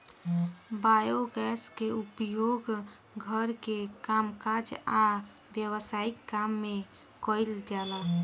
biogas के उपयोग घर के कामकाज आ व्यवसायिक काम में कइल जाला